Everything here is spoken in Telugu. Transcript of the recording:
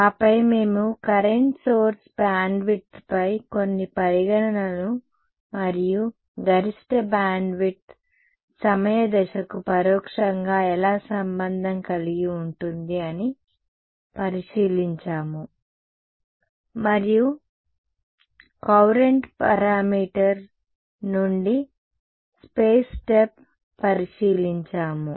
ఆపై మేము కరెంట్ సోర్స్ బ్యాండ్విడ్త్పై కొన్ని పరిగణనలను మరియు గరిష్ట బ్యాండ్విడ్త్ సమయ దశకు పరోక్షంగా ఎలా సంబంధం కలిగి ఉంటుంది అని పరిశీలించాము మరియు కాబట్టి కొరెంట్ పారామీటర్ నుండి స్పేస్ స్టెప్ పరిశీలించాము